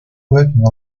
working